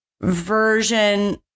version